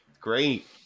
Great